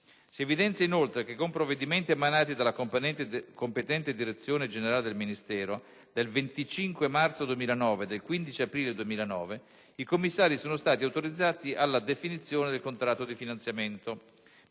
Si evidenzia, inoltre, che con provvedimenti, emanati dalla competente Direzione generale del Ministero, del 25 marzo 2009 e del 15 aprile 2009, i commissari sono stati autorizzati alla definizione del contratto di finanziamento,